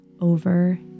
over